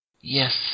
Yes